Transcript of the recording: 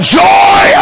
joy